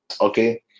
okay